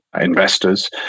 investors